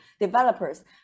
developers